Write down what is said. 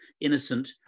innocent